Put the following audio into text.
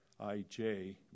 IJ